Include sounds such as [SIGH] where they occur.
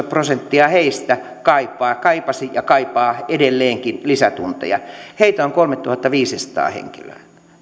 [UNINTELLIGIBLE] prosenttia heistä kaipasi ja kaipaa edelleenkin lisätunteja heitä on kolmetuhattaviisisataa henkilöä